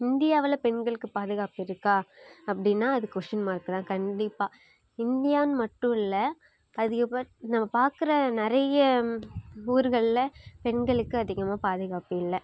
இந்தியாவில் பெண்களுக்கு பாதுகாப்பு இருக்கா அப்படினா அது கொஸ்டின் மார்க்குதான் கண்டிப்பாக இந்தியானு மட்டும் இல்லை அதிகபட் நாம் பார்க்குற நிறைய ஊர்களில் பெண்களுக்கு அதிகமாக பாதுகாப்பு இல்லை